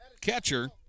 catcher